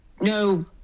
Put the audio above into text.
no